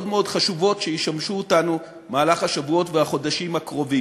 מאוד חשובות שישמשו אותנו בשבועות והחודשים הקרובים.